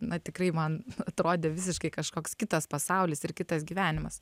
na tikrai man atrodė visiškai kažkoks kitas pasaulis ir kitas gyvenimas